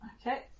okay